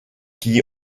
qui